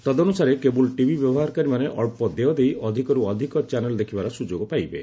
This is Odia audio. ତଦନୁସାରେ କେବୁଲ୍ ଟିଭି ବ୍ୟବହାରକାରୀମାନେ ଅଞ୍ଚ ଦେୟ ଦେଇ ଅଧିକରୁ ଅଧିକ ଚ୍ୟାନେଲ୍ ଦେଖିବାର ସୁଯୋଗ ପାଇବେ